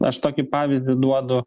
aš tokį pavyzdį duodu